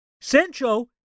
Sancho